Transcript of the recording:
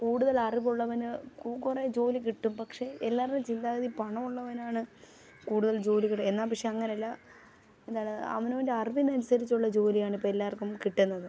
കൂടുതലറിവുള്ളവന് കുറെ ജോലി കിട്ടും പക്ഷെ എല്ലാവരുടേയും ചിന്താഗതി പണമുള്ളവനാണ് കൂടുതൽ ജോലികൾ എന്നാൽ പക്ഷെ അങ്ങനല്ല എന്താണ് അവനവൻ്റെ അറിവിന് അനുസരിച്ചുള്ള ജോലിയാണിപ്പം എല്ലാവർക്കും കിട്ടുന്നത്